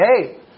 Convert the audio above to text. hey